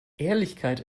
ehrlichkeit